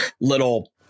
little